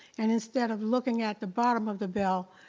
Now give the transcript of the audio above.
and instead of looking at the bottom of the bell,